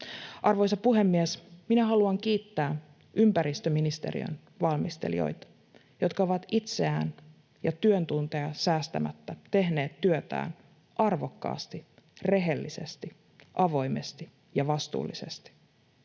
Arvoisa puhemies! Minä haluan kiittää ympäristöministeriön valmistelijoita, jotka ovat itseään ja työtuntejaan säästämättä tehneet työtään arvokkaasti, rehellisesti, avoimesti ja vastuullisesti.